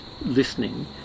listening